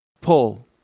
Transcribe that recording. Paul